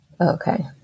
Okay